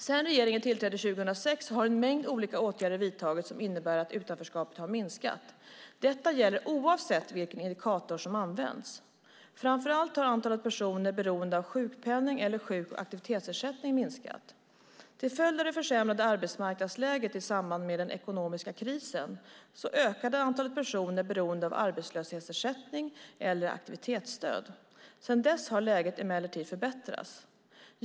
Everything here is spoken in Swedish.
Sedan regeringen tillträdde 2006 har en mängd olika åtgärder vidtagits som inneburit att utanförskapet har minskat. Detta gäller oavsett vilken indikator som används. Framför allt har antalet personer beroende av sjukpenning eller sjuk eller aktivitetsersättning minskat. Till följd av det försämrade arbetsmarknadsläget i samband med den ekonomiska krisen ökade antalet personer beroende av arbetslöshetsersättning eller aktivitetsstöd. Sedan dess har läget emellertid förbättrats.